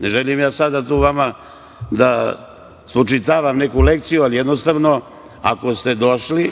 želim ja sada tu vama da spočitavam neku lekciju ali jednostavno, ako ste došli,